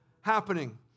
happening